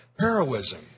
heroism